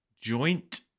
joint